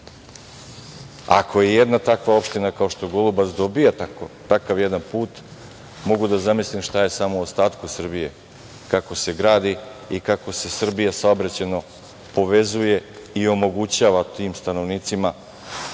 jedna takva opština kao što je Golubac dobija takav jedan put, mogu da zamislim samo šta je u ostatku Srbije, kako se gradi i kako se Srbija saobraćajno povezuje i omogućava tim stanovnicima